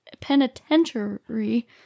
Penitentiary